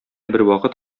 бервакыт